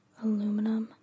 aluminum